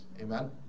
Amen